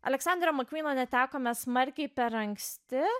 aleksanderio makvyno netekome smarkiai per anksti